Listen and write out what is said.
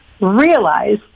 Realize